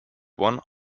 one